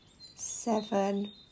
seven